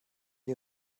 die